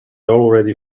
already